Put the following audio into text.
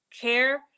care